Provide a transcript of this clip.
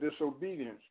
disobedience